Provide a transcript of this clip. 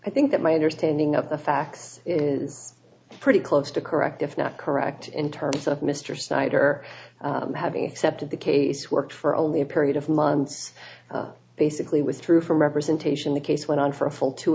i think that my understanding of the facts is pretty close to correct if not correct in terms of mr snyder having accepted the case work for only a period of months basically was true for representation the case went on for a full t